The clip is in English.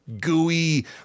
gooey